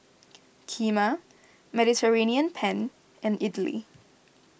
Kheema Mediterranean Penne and Idili